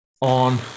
on